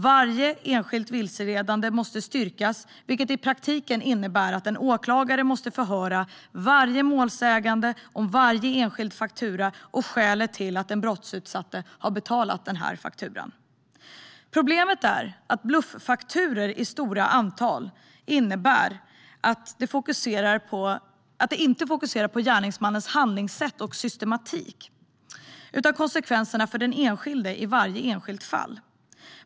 Varje enskilt vilseledande måste styrkas, vilket i praktiken innebär att en åklagare måste förhöra varje målsägande om varje enskild faktura och skälet till att den brottsutsatte har betalat fakturan. Problemet är att bluffakturor i stora antal innebär att brottet inte fokuserar på gärningsmannens handlingssätt och systematik utan på konsekvenserna för den enskilde i varje enskilt fall.